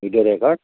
video record